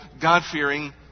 God-fearing